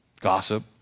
gossip